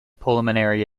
pulmonary